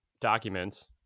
documents